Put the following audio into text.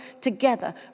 together